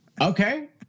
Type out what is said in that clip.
Okay